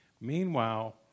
Meanwhile